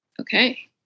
Okay